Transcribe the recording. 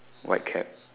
white cap